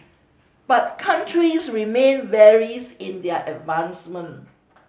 but countries remain varies in their advancement